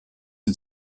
die